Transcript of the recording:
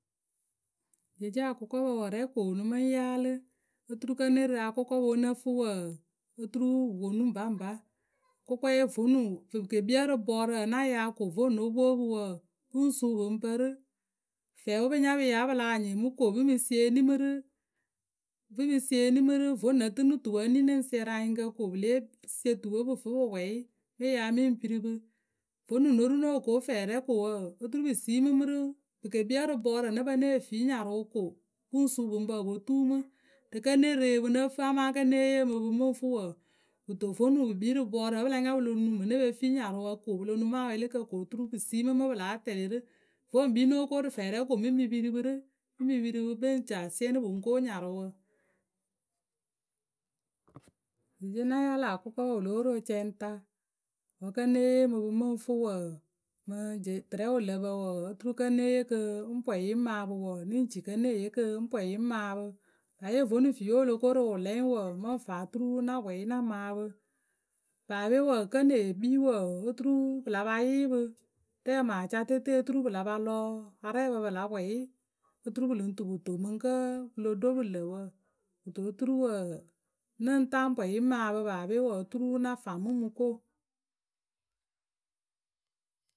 Jeece akʊkɔpǝ wǝǝ rɛ koonu mǝ ŋ́ yàalɨ oturu k. q́. ń be re akʊkɔpǝ we ŋ́ nǝ fǝ wǝǝ, oturu wǝ ponu ŋpaŋpa. Kʊkɔɛ ye vonu pǝ ke kpii ǝrǝ bɔɔrǝ vǝnɨ ŋ́ na yaa ko vǝ́ ŋ́ no pwo pǝ wǝǝ, pǝ ŋ su pǝ ŋ pǝ rǝ, fɛɛwe pǝ nya pǝ yaa wǝ́ pǝ lah nyɩŋ mǝ ko pǝ ŋ mǝ sieni mǝ rɨ pǝ ŋ mǝ sieni mǝ rǝ. Vo nǝ tɨnɨ tuwǝ eni ŋ́ nǝŋ siɛrɩ anyɩŋkǝ ko pǝ lée sie tuwe pǝ fǝ pǝ pwɛyɩ. Mǝ ŋ ya mǝ ŋ piri pǝ Vonu ŋ́ no ru ŋ́ noh ko fɛɛrɛ ko wǝǝ, oturu pǝ siimǝ mǝ rɨ. Pǝ ke kpii ǝrǝ bɔɔrǝ wǝ́ ŋ́ nǝ pǝ ŋ́ neh fii nyarʊ ko pǝ ŋ suu pǝ ŋ pǝ pǝ po tuumǝ rǝ kǝ́ ŋ́ ne re pǝ nǝ fǝ amaa kǝ́ ŋ́ née yee mǝ pǝ mǝ ŋ fɛ wǝǝ kɨto vonu pǝ kpii rǝ bɔɔrǝ wǝ́ pǝ la nya pǝ lo nuŋ ŋmǝ ne pe fii nyarʊwǝ ko pǝ lo nuŋ mǝ awɛɛlɩkǝ ko oturu pǝ siimǝ mǝ pǝ láa tɛlɩ rǝ. Vo ŋ́ kpii ŋ́ nóo ko rǝ fɛɛrɛ ko mǝ ŋ mǝ piri pǝ rǝ, mǝ ŋ mǝ piri pǝ pǝ ŋ ci a siɛnɩ pǝ; n ko nyarʊwǝ. jeece ŋ́ na yaalǝ akʊkɔpǝ wǝ lóo ro cɛŋta Wǝ́ kǝ́ ŋ́ née yee mǝ pǝ mǝ ŋ fǝ wǝǝ, mǝŋ tǝrɛ wǝ lǝ pǝ wǝǝ oturu kǝ́ ŋ́ née yee kɨ ŋ́ pwɛyɩ ŋ́ maa pǝ wǝǝ, nǝŋ ci kǝ́ ŋ́ nee yee kɨ ŋ́ pwɛyɩ ŋ́ maa mǝ. Paape vǝnɨ fiiwe wǝ lo ko ro wǝ lɛŋ wǝǝ, mǝ ŋ faŋ oturu ŋ́ na pwɛyɩ ŋ́ na maa pǝ. Paape kǝ́ ŋ́ nee kpii wǝǝ, oturu pǝ la pa yɩɩpǝ. Rɛ mǝŋ acatete oturu pǝ la pa lɔ arɛɛpɑ pɑ la pwɛyɩ. Oturu pǝ lǝŋ tɨ pǝ to mǝŋ kǝ́ pǝ lo ɖo pǝ lǝ wǝ. Kǝto oturu wǝǝ, ŋ́ nǝŋ taa ŋ́ pwɛyɩ ŋ́ maa pǝ paape wǝǝ oturu ŋ́ na faŋ mǝ ŋ́ mǝ ko.